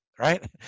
Right